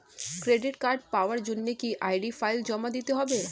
Credit card পাওয়ার জন্য কি আই.ডি ফাইল জমা দিতে হবে?